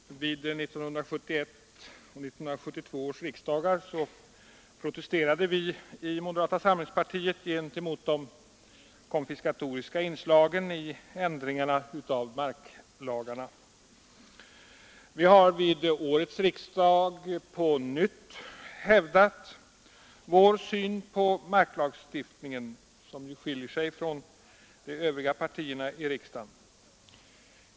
Herr talman! Vid 1971 och 1972 års riksdagar protesterade vi i moderata samlingspartiet mot de konfiskatoriska inslagen i ändringarna av marklagarna. Vi har vid årets riksdag på nytt hävdat vår syn på marklagstifningen, som skiljer sig från den hos de övriga partierna i riksdagen.